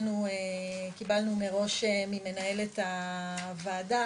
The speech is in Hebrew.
קיבלנו מראש ממנהלת הוועדה,